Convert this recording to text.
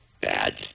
bad